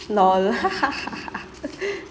LOL